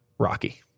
Rocky